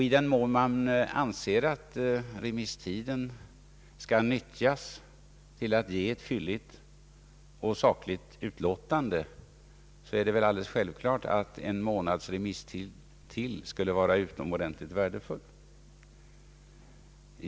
I den mån man anser att remisstiden skall utnyttjas till att ge ett fylligt och sakligt utlåtande är det väl alldeles självklart att ytterligare en månads tid skulle vara utomordentligt värdefull.